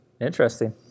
Interesting